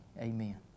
Amen